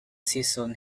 season